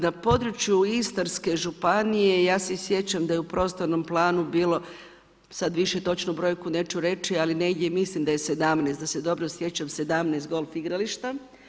Na području Istarske županije, ja se i sjećam da je u prostornom planu bilo, sad više točno brojku neću reći, ali negdje mislim da je 17 da se dobro sjećam, 17 golf igrališta.